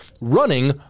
running